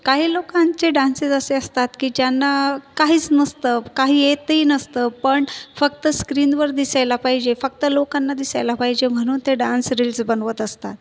काही लोकांचे डान्सेस असे असतात की ज्यांना काहीच नसतं काही येतही नसतं पण फक्त स्क्रीनवर दिसायला पाहिजे फक्त लोकांना दिसायला पाहिजे म्हणून ते डान्स रील्स बनवत असतात